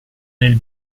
nel